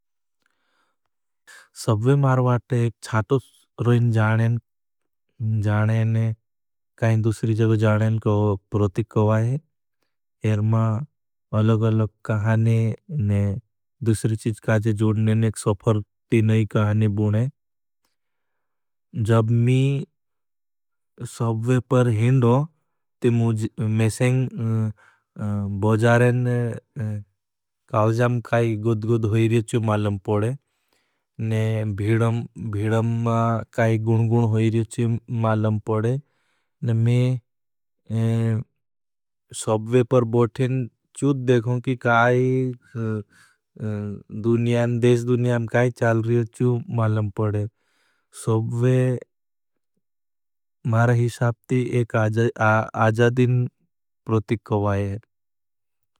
सब्वे मारे बाद एक छाटो स्रोइन जाने ने काईं दुसरी जगो जाने ने कोई प्रतिक कवा है। एर मा अलग अलग काहाने ने दुसरी चीज़ काजे जूडने ने एक सफर्ती नई काहाने बुने। जब मी सब्वे पर हिंदो, ते मुझे मेशेंग बुजारेन कालजाम काई गुद गुद होई रहे चू मालम पड़े। ने भीडम मा काई गुण गुण होई रहे चू मालम पड़े। ने मेशेंग बुजारेन कालजाम कालजाम काई गुद गुद होई रहे चू मालम पड़े। सबवे महरा हिसाब टी एक आजादी नई प्रतीक कहवाये।